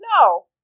no